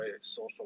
social